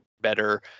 better